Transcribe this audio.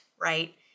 right